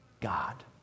God